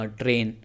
train।